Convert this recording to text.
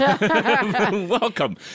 Welcome